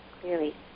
clearly